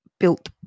Built